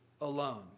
alone